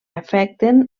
afecten